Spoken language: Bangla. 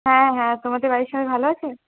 হ্যাঁ হ্যাঁ তোমাদের বাড়ির সবাই ভালো আছে